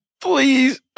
Please